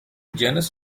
genus